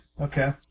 Okay